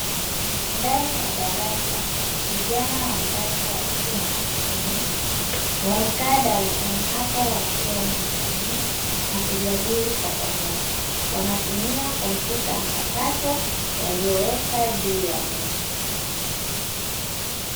Ndani ya darasa vijana watatu wa kike na wa kiume wamekaa darasani hapo wakiwa wanajisomea na kujadili kwa pamoja, wanatumia kompyuta mpakato walioweka juu ya meza.